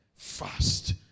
fast